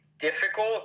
difficult